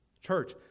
Church